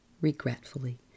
regretfully